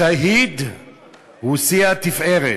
השהיד הוא שיא התפארת.